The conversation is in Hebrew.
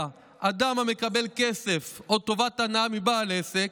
"אדם המקבל כסף או טובת הנאה מבעל עסק,